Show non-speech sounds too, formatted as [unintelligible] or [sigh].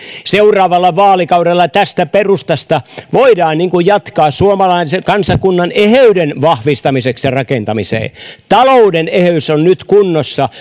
seuraavalla vaalikaudella tästä perustasta voidaan jatkaa suomalaisen kansakunnan eheyden vahvistamiseen ja rakentamiseen talouden eheys on kunnossa [unintelligible]